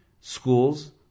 schools –